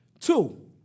Two